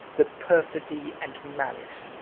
the perfidy and malice,